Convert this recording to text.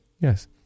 Yes